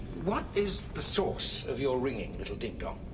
what is the source of your ringing, little dingdong?